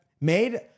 made